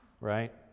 right